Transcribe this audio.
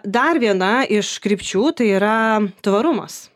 dar viena iš krypčių tai yra tvarumas